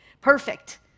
Perfect